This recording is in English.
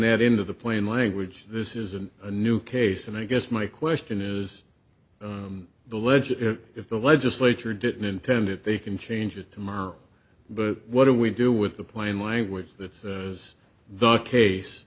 that into the plane language this isn't a new case and i guess my question is the legit if the legislature didn't intend it they can change it tomorrow but what do we do with the plain language that is the case